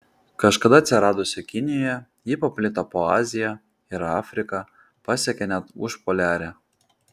kažkada atsiradusi kinijoje ji paplito po aziją ir afriką pasiekė net užpoliarę